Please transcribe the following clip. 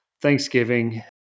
Thanksgiving